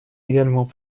également